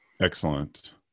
Excellent